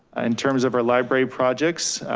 in terms of our library projects,